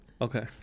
Okay